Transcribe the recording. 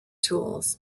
tools